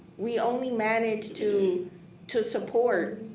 we only manage to to support.